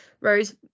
rose